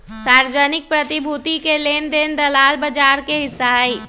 सार्वजनिक प्रतिभूति के लेन देन दलाल बजार के हिस्सा हई